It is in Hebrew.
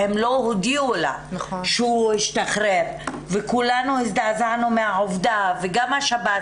והם לא הודיעו לה שהוא השתחרר וכולנו הזדעזענו מהעובדה וגם השב"ס